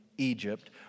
Egypt